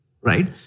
right